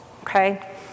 okay